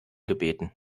gebeten